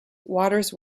waters